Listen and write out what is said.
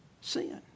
sin